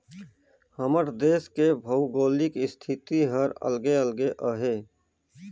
हमर देस के भउगोलिक इस्थिति हर अलगे अलगे अहे